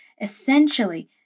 essentially